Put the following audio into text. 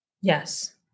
Yes